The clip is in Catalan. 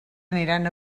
aniran